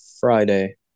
Friday